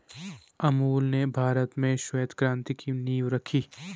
अमूल ने भारत में श्वेत क्रान्ति की नींव रखी